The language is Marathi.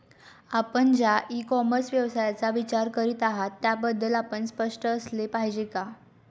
आपण ज्या इ कॉमर्स व्यवसायाचा विचार करीत आहात त्याबद्दल आपण स्पष्ट असले पाहिजे का?